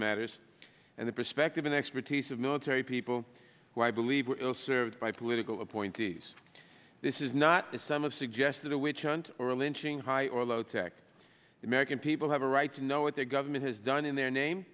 matters and the perspective and expertise of military people who i believe served by political appointees this is not as some of suggested a witch hunt or a lynching high or low tech the american people have a right to know what their government has done in their name